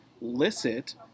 licit